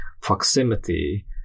proximity